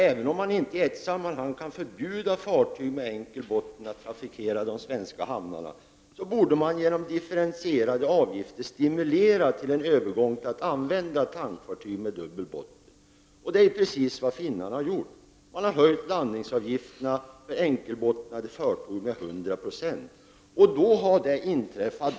Även om man inte i ett sammanhang kan förbjuda fartyg med enkel botten att trafikera de svenska hamnarna, borde man genom differentierade avgifter stimulera en övergång till tankfartyg med dubbel botten. I Finland har man höjt landningsavgifterna med 100 96 för enkelbottnade fartyg.